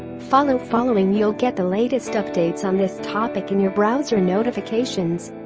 follow following you'll get the latest updates on this topic in your browser notifications